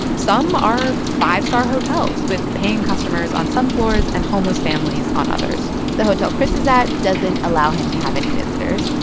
some are five-star hotels with paying customers on some floors and homeless families on others the hotel chris is that doesn't allow him to have any visitors,